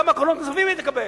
כמה קולות נוספים היא תקבל?